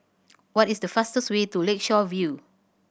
what is the fastest way to Lakeshore View